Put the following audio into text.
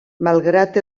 malgrat